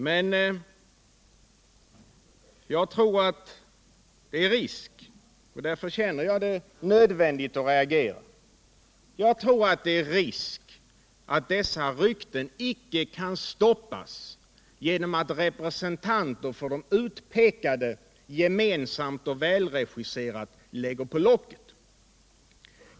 Men jag tror att det är risk — och därför känner jag det nödvändigt att reagera — ätt dessa rykten icke kan stoppas genom att representanter för de utpekade gemensamt och välregisserat lägger på locket.